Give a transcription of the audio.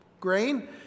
grain